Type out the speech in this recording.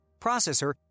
processor